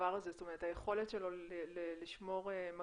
הדבר הזה, זאת אומרת, היכולת שלו לשמור מגעים